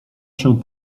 się